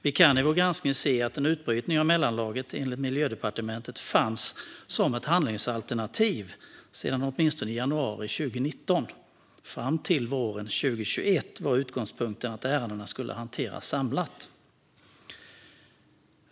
Vi kan i vår granskning se att en utbrytning av mellanlagret enligt Miljödepartementet fanns som ett handlingsalternativ sedan åtminstone januari 2019. Fram till våren 2021 var utgångspunkten att ärendena skulle hanteras samlat.